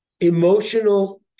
emotional